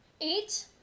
Eight